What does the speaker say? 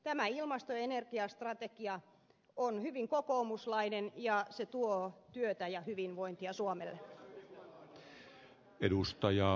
tämä ilmasto ja energiastrategia on hyvin kokoomuslainen ja tuo työtä ja hyvinvointia suomelle